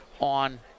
on